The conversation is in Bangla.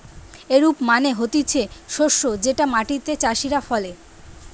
ক্রপ মানে হতিছে শস্য যেটা মাটিতে চাষীরা ফলে